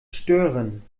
stören